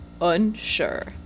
unsure